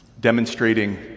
demonstrating